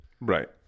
right